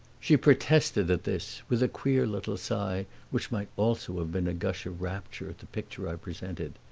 she protested at this, with a queer little sigh which might also have been a gush of rapture at the picture i presented.